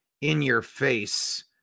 in-your-face